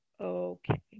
okay